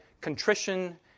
Contrition